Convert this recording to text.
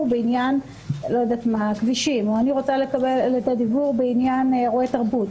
בעניין הכבישים או בעניין אירועי תרבות.